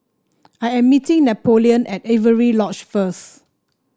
I am meeting Napoleon at Avery Lodge first